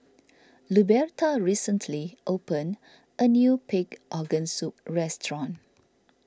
Luberta recently opened a new Pig Organ Soup restaurant